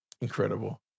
Incredible